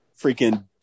freaking